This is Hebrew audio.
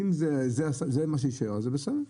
אם זה מה שיישאר, זה בסדר.